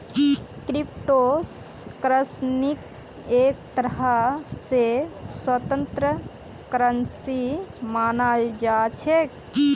crypto करन्सीक एक तरह स स्वतन्त्र करन्सी मानाल जा छेक